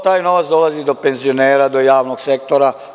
Taj novac dolazi do penzionera, do javnog sektora.